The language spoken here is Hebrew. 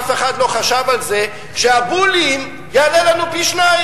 אף אחד לא חשב על זה שהבולים יעלו לנו פי-שניים,